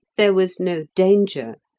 there was no danger,